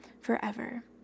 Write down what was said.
forever